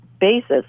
basis